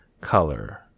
color